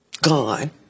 gone